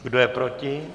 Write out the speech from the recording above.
Kdo je proti?